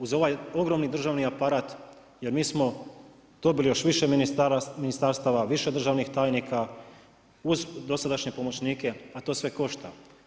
Uz ovaj ogromni državni aparat, jer mi smo dobili još više ministarstava, još više državnih tajnika, uz dosadašnje pomoćnike a to sve košta.